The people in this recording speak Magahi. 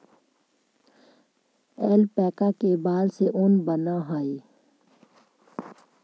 ऐल्पैका के बाल से ऊन बनऽ हई